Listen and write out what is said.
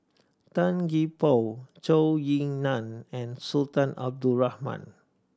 Tan Gee Paw Zhou Ying Nan and Sultan Abdul Rahman